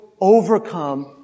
overcome